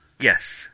Yes